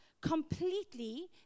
completely